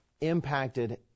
impacted